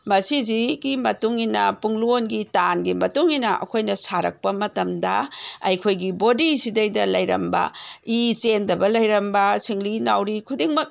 ꯃꯁꯤꯁꯤꯒꯤ ꯃꯇꯨꯡ ꯏꯟꯅ ꯄꯨꯡꯂꯣꯟꯒꯤ ꯇꯥꯡꯒꯤ ꯃꯇꯨꯡ ꯏꯟꯅ ꯑꯩꯈꯣꯏꯅ ꯁꯥꯔꯛꯄ ꯃꯇꯝꯗ ꯑꯩꯈꯣꯏꯒꯤ ꯕꯣꯗꯤꯁꯤꯗꯩꯗ ꯂꯩꯔꯝꯕ ꯏ ꯆꯦꯟꯗꯕ ꯂꯩꯔꯝꯕ ꯁꯤꯡꯂꯤ ꯅꯥꯎꯔꯤ ꯈꯨꯗꯤꯡꯃꯛ